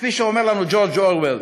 כפי שאומר לנו ג'ורג' אורוול: